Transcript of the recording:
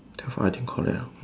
twelve I think correct orh